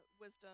wisdom